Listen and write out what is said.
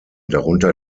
darunter